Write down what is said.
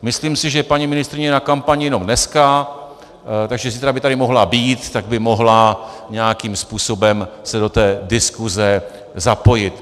Myslím si, že paní ministryně je na kampani jenom dneska, takže zítra by tady mohla být, tak by se mohla nějakým způsobem do té diskuze zapojit.